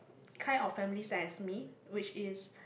kind of family size as me which is